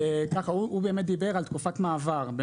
ליאור דיבר על תקופת מעבר.